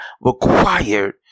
required